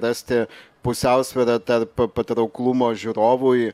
rasti pusiausvyrą tarp patrauklumo žiūrovui